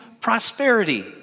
prosperity